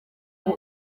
kuri